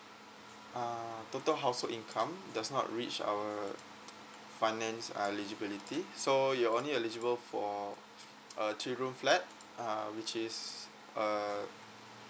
uh total household income does not reach our finance eligibility so you're only eligible for a three room flat uh which is a